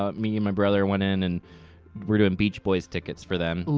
ah me and my brother went in and we're doin' beach boys tickets for them. ooh,